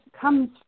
comes